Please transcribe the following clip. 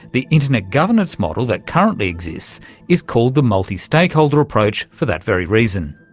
the internet governance model that currently exists is called the multi-stakeholder approach, for that very reason.